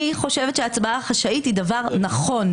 אני חושבת שהצבעה חשאית היא דבר נכון.